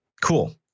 Cool